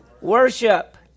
worship